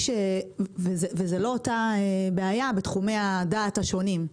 וזה לא אותה בעיה בתחומי הדעת השונים.